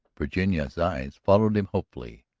virginia's eyes followed him hopefully.